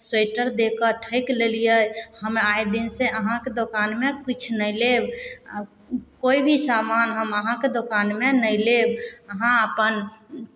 sweater दऽ कऽ ठकि लेलियै हम आइ दिनसँ अहाँके दोकानमे किछु नहि लेब कोइ भी सामान हम अहाँके दोकानमे नहि लेब अहाँ अपन